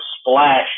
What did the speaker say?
splash